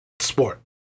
sport